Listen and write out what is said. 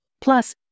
plus